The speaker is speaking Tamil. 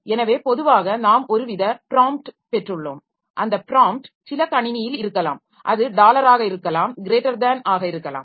எனவே பொதுவாக நாம் ஒருவித ப்ராம்ப்ட் பெற்றுள்ளோம் அந்த ப்ராம்ப்ட் சில கணினியில் இருக்கலாம் அது டாலராக இருக்கலாம் க்ரேட்டர்தேன் ஆக இருக்கலாம்